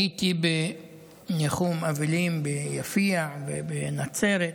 הייתי בניחום אבלים ביפיע ובנצרת.